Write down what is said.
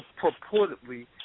purportedly